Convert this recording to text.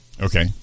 okay